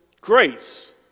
grace